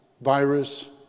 virus